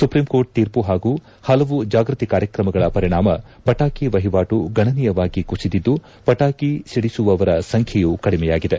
supreme court ತೀರ್ಮ ಹಾಗೂ ಪಲವು ಜಾಗ್ಯತಿ ಕಾರ್ಕಕಮಗಳ ಪರಿಣಾಮ ಪಟಾಕಿ ವಹಿವಾಟು ಗಣನೀಯವಾಗಿ ಕುಸಿದಿದ್ದು ಪಟಾಕಿ ಸಿಡಿಸುವವರ ಸಂಖ್ಯೆಯೂ ಕಡಿಮೆಯಾಗಿದೆ